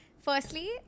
Firstly